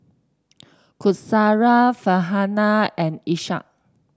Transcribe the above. Qaisara Farhanah and Ishak